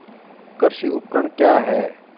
कृषि उपकरण क्या है?